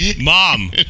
Mom